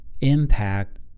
impact